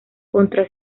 contra